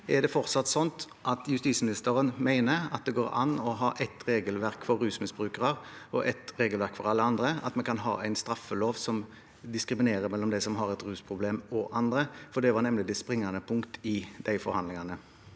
Er det fortsatt sånn at justisministeren mener at det går an å ha ett regelverk for rusmisbrukere og ett regelverk for alle andre, at vi kan ha en straffelov som diskriminerer mellom dem som har et rusproblem, og andre? Det var nemlig det springende punktet i de forhandlingene.